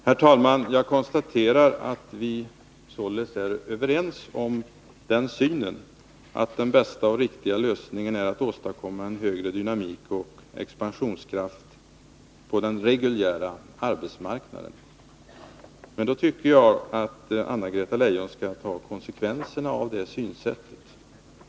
Herr talman! Jag konstaterar att vi således är överens om att den bästa och riktiga lösningen är att vi åstadkommer en högre dynamik och större expansionskraft på den reguljära arbetsmarknaden. Men då tycker jag att Anna-Greta Leijon skall ta konsekvenserna av detta synsätt.